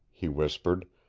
he whispered.